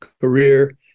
career